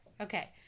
Okay